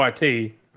YT